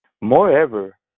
Moreover